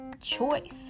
choice